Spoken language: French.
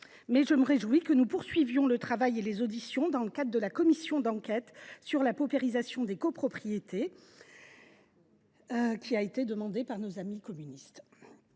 me réjouis néanmoins que nous poursuivions le travail et les auditions dans le cadre de la commission d’enquête sur la paupérisation des copropriétés, demandée par nos amis communistes.